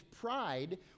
pride